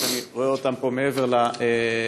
שאני רואה אותם פה מעבר למעקה,